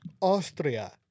Austria